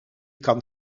kan